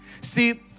See